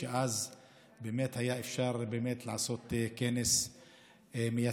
אז באמת היה אפשר באמת לעשות כנס מייצג.